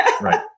Right